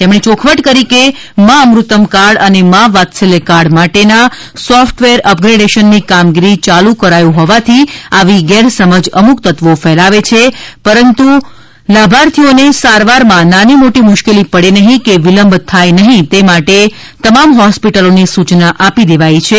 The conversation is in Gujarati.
તેમણે ચોખવટ કરી છે કે માં અમૃતમ કાર્ડ અને મા વાત્સલ્ય કાર્ડ માટે ના સોફ્ટવેર અપગ્રેડેશનની કામગીરી ચાલુ કરાયું હોવાથી આવી ગેરસમજ અમુક તત્વો ફેલાવે છે પરંતુ ના લાભાર્થીઓને સારવાર માં નાની મોટી મુશ્કેલી પડે નહીં કે વિલંબ થાય નહીં તે માટે તમામ હોસ્પિટલોને સુયના આપી દેવાઈ છે